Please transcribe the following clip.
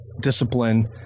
discipline